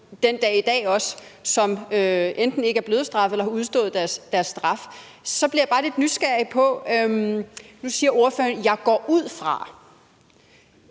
den dag i dag, som enten ikke er blevet straffet eller har udstået deres straf. Så jeg bliver bare lidt nysgerrig. Nu siger ordføreren: Jeg går ud fra.